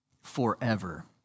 forever